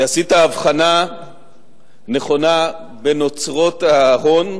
שעשית הבחנה נכונה בין אוצרות ההון,